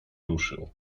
ruszył